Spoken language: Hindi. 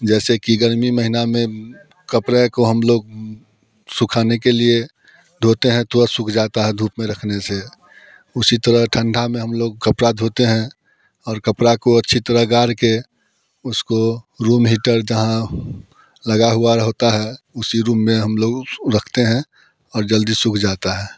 जैसे कि गर्मी महीना में कपड़े को हम लोग सूखाने के लिए धोते हैं तुरंत सूख जाता है धूप में रखने से उसी तरह ठंडी में हम लोग कपड़े धोते हैं और कपड़े को अच्छी तरह गार के उसको रूम हीटर जहाँ लगा हुआ होता है उसी रूम में हम लोग रखते हैं और जल्दी सूख जाता है